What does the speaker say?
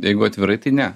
jeigu atvirai tai ne